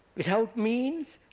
without means,